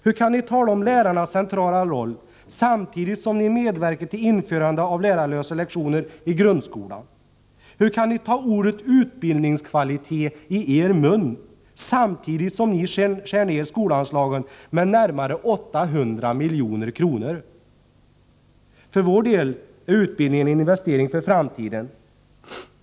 Hur kan ni tala om lärarnas centrala roll, samtidigt som ni medverkar till införande av lärarlösa lektioner i grundskolan? Hur kan ni ta ordet utbildningskvalitet i er mun, samtidigt som ni skär ner skolanslagen med närmare 800 milj.kr.? För vår del är utbildning en investering för framtiden.